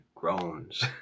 groans